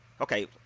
okay